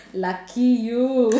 lucky you